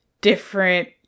different